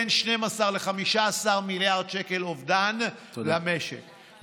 זה בין 12 ל-15 מיליארד שקל אובדן למשק.